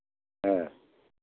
हाँ